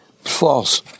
false